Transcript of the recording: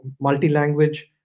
multi-language